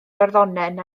iorddonen